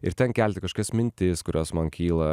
ir ten kelti kažkokias mintis kurios man kyla